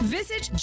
Visit